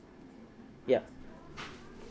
yup